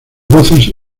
voces